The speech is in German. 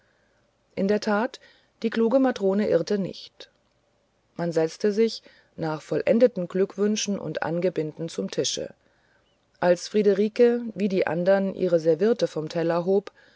in der tat die kluge matrone irrte nicht man setzte sich nach vollendeten glückwünschen und angebinden zum tische als friederike wie die anderen ihre serviette vom teller hob